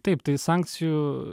taip tai sankcijų